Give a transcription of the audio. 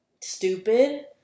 stupid